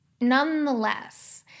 nonetheless